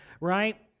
right